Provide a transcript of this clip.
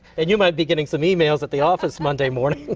and you may be getting some e mails at the office monday morning.